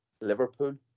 Liverpool